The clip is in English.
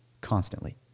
constantly